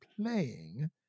playing